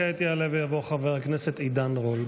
כעת יעלה ויבוא חבר הכנסת עידן רול.